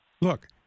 Look